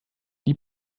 die